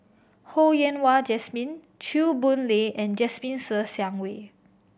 Ho Yen Wah Jesmine Chew Boon Lay and Jasmine Ser Xiang Wei